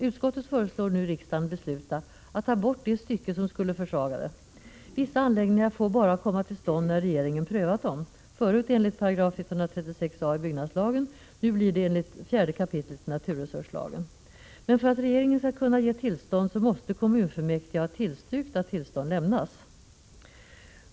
Utskottet föreslår nu riksdagen besluta att ta bort det stycke som skulle försvaga vetot. Vissa anläggningar får bara komma till stånd när regeringen prövat dem -— hittills enligt 136 a § byggnadslagen, och nu blir det enligt 4 kap. NRL. Men för att regeringen skall kunna ge tillstånd måste kommunfullmäktige ha tillstyrkt att tillstånd lämnas.